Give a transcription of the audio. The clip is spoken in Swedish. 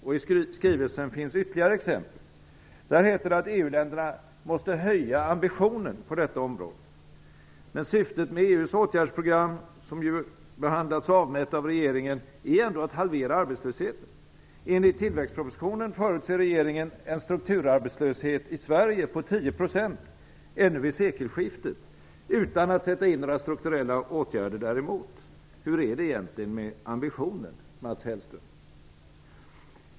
I skrivelsen finns ytterligare exempel. Där heter det att EU-länderna måste höja ambitionen på detta område. Men syftet med EU:s åtgärdsprogram, som ju behandlats avmätt av regeringen, är ändå att halvera arbetslösheten. Enligt tillväxtpropositionen förutser regeringen en strukturarbetslöshet i Sverige på 10 % ännu vid sekelskiftet utan att sätta in några strukturella åtgärder däremot. Hur är det egentligen med ambitionen, Mats Hellström?